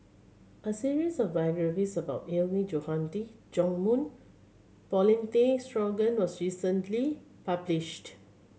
a series of biographies about Hilmi Johandi Yong Mun Paulin Tay Straughan was recently published